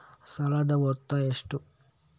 ಸಾಲದ ಮೊತ್ತ ಎಷ್ಟು?